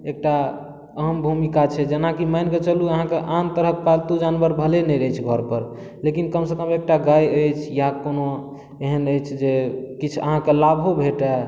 एकटा अहम भूमिका छै जेनाकि मानि कऽ चलू अहाँके आन तरहक पालतू जानवर भले नहि रहै छै घरपर लेकिन कमसँ कम एकटा गाय अछि या कोनो एहन अछि जे किछु अहाँके लाभो भेटै